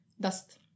dust